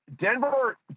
Denver